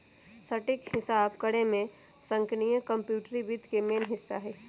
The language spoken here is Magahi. सटीक हिसाब करेमे संगणकीय कंप्यूटरी वित्त के मेन हिस्सा हइ